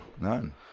None